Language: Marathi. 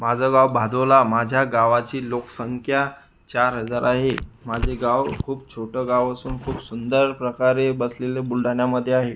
माझं गाव भादोला माझ्या गावाची लोकसंख्या चार हजार आहे माझे गाव खूप छोटं गाव असून खूप सुंदर प्रकारे बसलेले बुलढाण्यामध्ये आहे